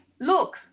Look